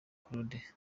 claude